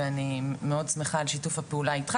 ואני מאוד שמחה על שיתוף הפעולה איתך